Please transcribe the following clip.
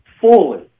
fully